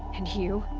and you.